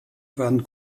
van